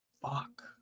Fuck